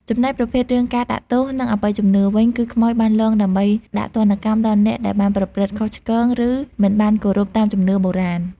ចំណែកប្រភេទរឿងការដាក់ទោស និងអបិយជំនឿវិញ គឺខ្មោចបានលងដើម្បីដាក់ទណ្ឌកម្មដល់អ្នកដែលបានប្រព្រឹត្តខុសឆ្គង ឬមិនបានគោរពតាមជំនឿបុរាណ។